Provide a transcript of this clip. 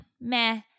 meh